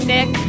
Nick